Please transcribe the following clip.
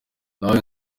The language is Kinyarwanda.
nawe